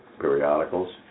periodicals